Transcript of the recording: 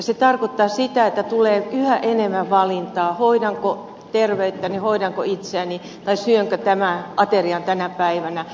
se tarkoittaa sitä että tulee yhä enemmän valintaa hoidanko terveyttäni hoidanko itseäni tai syönkö tämän aterian tänä päivänä